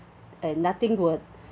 and nothing would